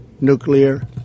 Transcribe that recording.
nuclear